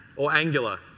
or angular?